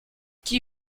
qui